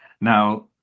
Now